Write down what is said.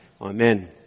Amen